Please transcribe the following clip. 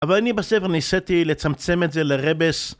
אבל אני בספר ניסיתי לצמצם את זה לרבס